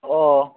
ও